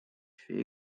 fait